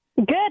good